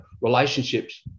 relationships